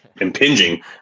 impinging